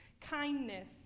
kindness